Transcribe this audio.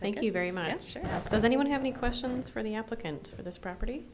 thank you very much does anyone have any questions for the applicant for this property